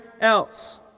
else